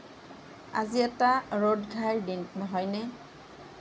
আজি এটা ৰ'দঘাই দিন নহয়নে